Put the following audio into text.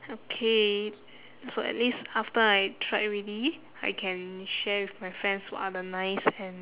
okay so at least after I tried already I can share with my friends what are the nice and